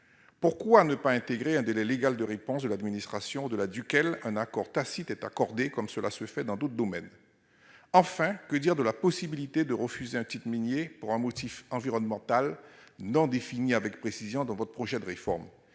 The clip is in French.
Pourquoi ne pas intégrer un délai légal de réponse de l'administration, au-delà duquel un accord tacite serait accordé, comme cela se fait dans d'autres domaines ? Enfin, que dire de la possibilité de refuser un titre minier pour un motif environnemental, motif non défini avec précision dans votre projet de réforme ?